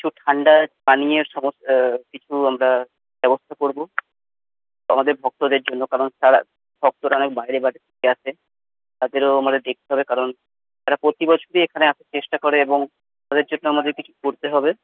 কিছু ঠান্ডা পানীয় সমস্ত কিছু আমরা ব্যবস্থা করবো আমাদের ভক্তদের জন্য কারণ তারা ভক্তরা অনেক বাইরে বাইরে থেকে আসে তাদেরও আমাদের দেখতে হবে কারণ তার প্রতি বছরই এইখানে আসার চেষ্টা করে এবং তাদের জন্য আমাদের কিছু করতে হবে